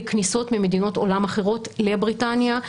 כניסות ממדינות עולם אחרות לבריטניה,